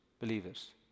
believers